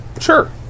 Sure